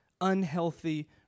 unhealthy